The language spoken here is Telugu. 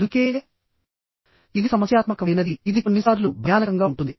అందుకే ఇది సమస్యాత్మకమైనది ఇది కొన్నిసార్లు భయానకంగా ఉంటుంది